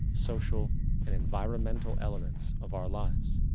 social and environmental elements of our lives?